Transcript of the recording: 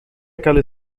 àquela